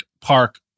park